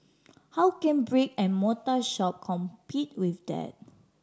how can brick and mortar shop compete with that